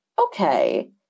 Okay